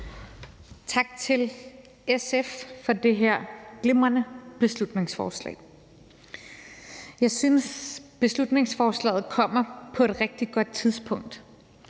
Tak til SF for det her glimrende beslutningsforslag. Jeg synes, beslutningsforslaget kommer på et rigtig godt tidspunkt,